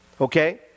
Okay